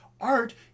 art